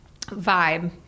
vibe